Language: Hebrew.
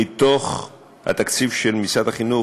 מתוך התקציב של משרד החינוך,